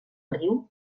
riu